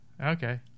Okay